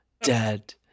dead